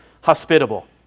hospitable